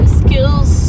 skills